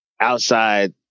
outside